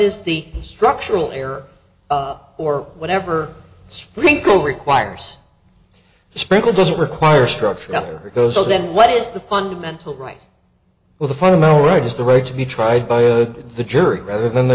is the structural error or whatever sprinkle requires sprinkled doesn't require structure rather it goes so then what is the fundamental right with a fundamental right is the right to be tried by a the jury rather than the